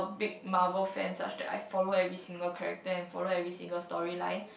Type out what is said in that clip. big Marvel fan such that I follow every single character and follow every single storyline